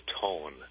tone